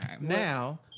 now